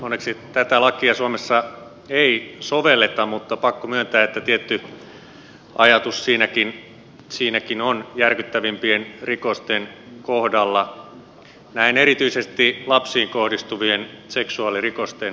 onneksi tätä lakia suomessa ei sovelleta mutta pakko myöntää että tietty ajatus siinäkin on järkyttävimpien rikosten kohdalla näin erityisesti lapsiin kohdistuvien seksuaalirikosten osalta